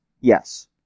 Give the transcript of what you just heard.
Yes